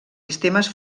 sistemes